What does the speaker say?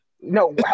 no